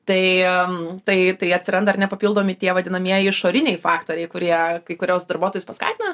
tai tai tai atsiranda ar ne papildomi tie vadinamieji išoriniai faktoriai kurie kai kuriuos darbuotojus paskatina